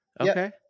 Okay